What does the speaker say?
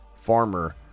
Farmer